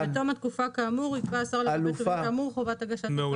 בתום התקופה כאמור יקבע השר לגבי הטובין כאמור חובת הגשת" --- אלופה,